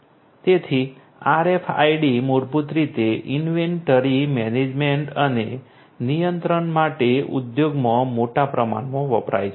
તેથી RFID મૂળભૂત રીતે ઈન્વેન્ટરી મેનેજમેન્ટ અને નિયંત્રણ માટે ઉદ્યોગમાં મોટા પ્રમાણમાં વપરાય છે